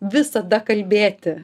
visada kalbėti